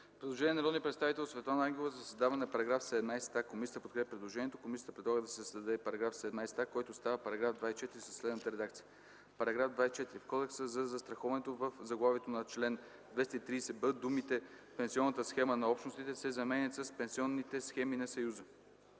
Предложение на народния представител Светлана Ангелова за създаване на § 17а. Комисията подкрепя предложението. Комисията предлага да се създаде § 17а, който става § 24 със следната редакция: „§ 24. В Кодекса за застраховането в заглавието на чл. 230б думите „пенсионната схема на Общностите” се заменят с „пенсионните схеми на Съюза”.”